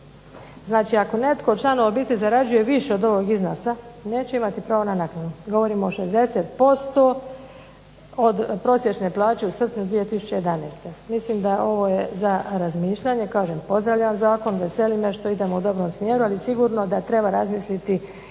Znači ako netko od članova obitelji zarađuje više od ovog iznosa, neće imati pravo na naknadu. Govorim o 60% od prosječne plaće u srpnju 2011. Mislim da ovo je za razmišljanje. Kažem, pozdravljam zakon, veseli me što idemo u dobrom smjeru, ali sigurno da treba razmisliti